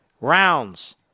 Rounds